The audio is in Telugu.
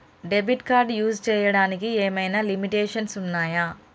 డెబిట్ కార్డ్ యూస్ చేయడానికి ఏమైనా లిమిటేషన్స్ ఉన్నాయా?